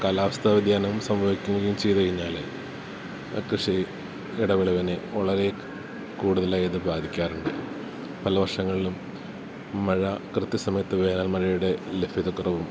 കാലാവസ്ഥ വ്യതിയാനം സംഭവിക്കുകയും ചെയ്തു കഴിഞ്ഞാല് ആ കൃഷി ഇടവിളവിനെ വളരേ കൂടുതലായത് ബാധിക്കാറുണ്ട് പല വർഷങ്ങളിലും മഴ കൃത്യ സമയത്ത് വേനൽ മഴയുടെ ലഭ്യതക്കുറവും